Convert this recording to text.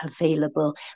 available